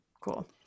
Cool